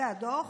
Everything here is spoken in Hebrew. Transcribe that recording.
זה הדוח.